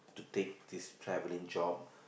to take this travelling job